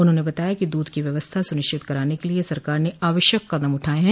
उन्होंने बताया कि दूध की व्यवस्था सुनिश्चित कराने के लिये सरकार ने आवश्यक कदम उठाये हैं